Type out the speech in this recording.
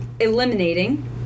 eliminating